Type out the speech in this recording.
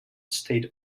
state